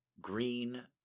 Green